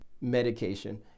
medication